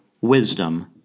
wisdom